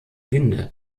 winde